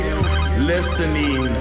listening